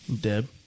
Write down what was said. Deb